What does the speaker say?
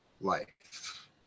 life